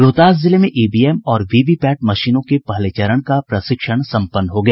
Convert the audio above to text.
रोहतास जिले में ईवीएम और वीवीपैट मशीनों के पहले चरण का प्रशिक्षण सम्पन्न हो गया